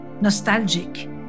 nostalgic